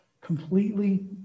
completely